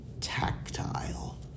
Tactile